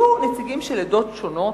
יהיו נציגים של עדות שונות,